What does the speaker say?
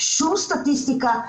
שום סטטיסטיקה,